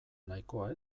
nahikoa